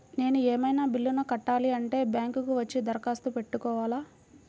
నేను ఏమన్నా బిల్లును కట్టాలి అంటే బ్యాంకు కు వచ్చి దరఖాస్తు పెట్టుకోవాలా?